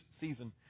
season